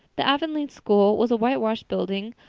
the avonlea school was a whitewashed building,